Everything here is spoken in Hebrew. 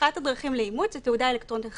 שאחת הדרכים לאימות היא תעודה אלקטרונית חכמה.